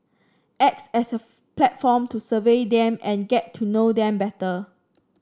acts as a platform to survey them and get to know them better